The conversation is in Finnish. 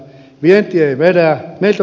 vienti ei vedä